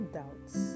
doubts